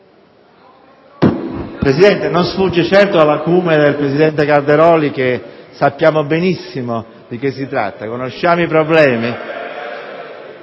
Presidente, non sfugge certo all'acume del presidente Calderoli che sappiamo benissimo di cosa si tratta, conosciamo i problemi.